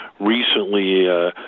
Recently